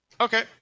Okay